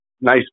nice